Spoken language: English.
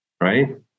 right